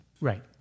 Right